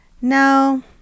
No